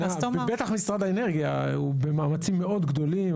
בטח משרד האנרגיה הוא במאמצים מאוד גדולים.